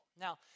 Now